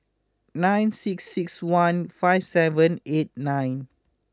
nine six six one five seven eight nine